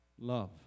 love